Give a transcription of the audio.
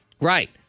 Right